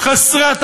חסרת האחריות,